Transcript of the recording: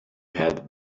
had